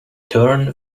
turn